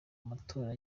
amatora